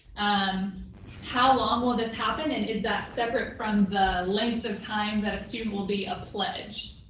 um how long will this happen, and is that separate from the length of time that a student will be a pledge?